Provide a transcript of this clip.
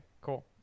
cool